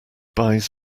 buys